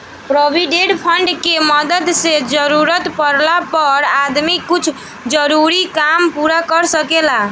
provident fund के मदद से जरूरत पाड़ला पर आदमी कुछ जरूरी काम पूरा कर सकेला